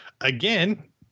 again